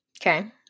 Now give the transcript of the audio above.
Okay